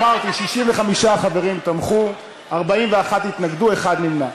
אמרתי: 65 חברים תמכו, 41 התנגדו, אחד נמנע.